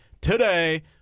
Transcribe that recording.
today